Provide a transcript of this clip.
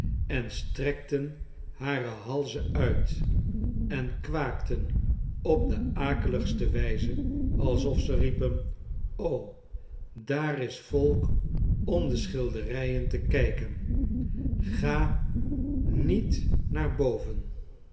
en strekten hare halzen uit en kwaakten op de akeligste wijze alsof ze riepen daar is volk om de schilderijen te kijken ga niet naar boven